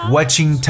Watching